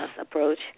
approach